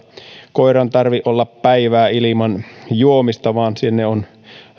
koiran tarvitse olla päivää ilman juomista vaan sinne on